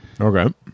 Okay